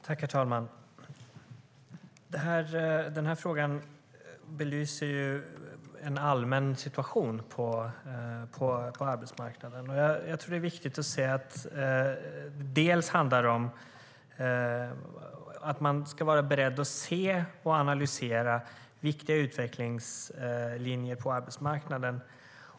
Herr talman! Den här frågan belyser en allmän situation på arbetsmarknaden. Jag tror att det är viktigt att vara beredd att se och analysera viktiga utvecklingslinjer på arbetsmarknaden.